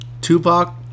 Tupac